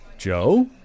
Joe